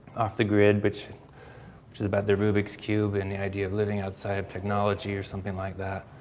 off the grid which which is about the rubik's cube and the idea of living outside of technology or something like that.